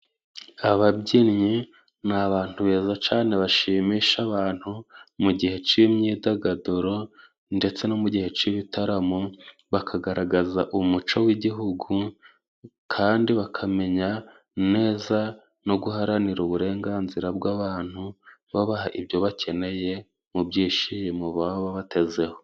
Ababyinnyi ni abantu beza cane bashimisha abantu mu gihe c'imyidagaduro ndetse no mu gihe c'ibitaramo bakagaragaza umuco w'igihugu kandi bakamenya neza no guharanira uburenganzira bw'abantu babaha ibyo bakeneye mu byishimo baba babatezeho.